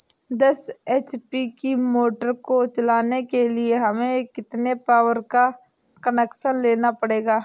दस एच.पी की मोटर को चलाने के लिए हमें कितने पावर का कनेक्शन लेना पड़ेगा?